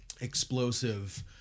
explosive